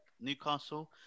Newcastle